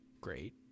great